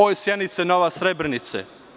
Oj Sjenice, nova Srebrenice“